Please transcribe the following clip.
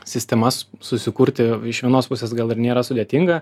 sistemas susikurti iš vienos pusės gal ir nėra sudėtinga